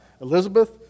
Elizabeth